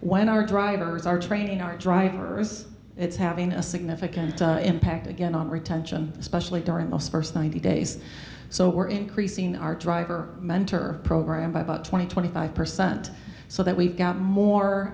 when our drivers are training our driver it's having a signal it can impact again on retention especially during the first ninety days so we're increasing our driver mentor program by about twenty twenty five percent so that we've got more